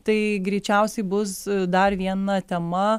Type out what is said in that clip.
tai greičiausiai bus dar viena tema